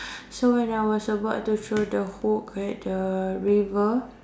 so when I was about to throw the hook at the river